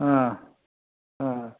ஆ ஆ